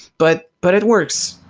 but but it works.